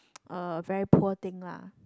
uh very poor thing lah